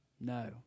No